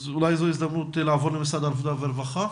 אז אולי זו ההזדמנות לעבור למשרד העבודה והרווחה.